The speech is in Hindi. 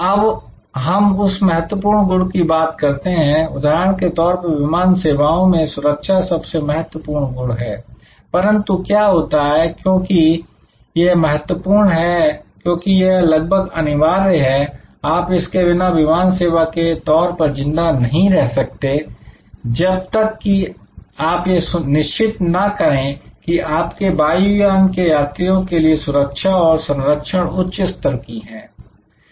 अब हम उस महत्वपूर्ण गुण की बात करते हैं उदाहरण के तौर पर विमान सेवाओं में सुरक्षा सबसे महत्वपूर्ण गुण है परंतु क्या होता है क्योंकि यह महत्वपूर्ण है क्योंकि यह लगभग अनिवार्य है आप इसके बिना विमान सेवा के तौर पर जिंदा नहीं रह सकते जब तक कि आप यह निश्चित ना करें की आपके वायुयान के यात्रियों के लिए सुरक्षा और संरक्षण उच्च स्तर की है